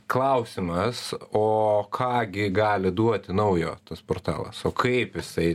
klausimas o ką gi gali duoti naujo tas portalas o kaip jisai